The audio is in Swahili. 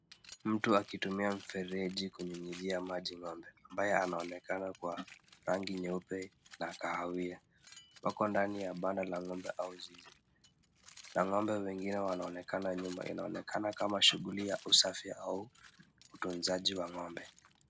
Mtu akitumia mfereji kunyunyuzia ng'ombe maji ng'ombe ambaye anaonekana kuwa rangi nyeupe na kahawia. Wako ndani ya banda la ng'ombe au zizi. Na ng'ombe wengine wanaonekana nyuma. Inaonekana kama shughuli ya usafi au utunzaji wa ng'ombe.